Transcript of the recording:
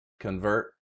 convert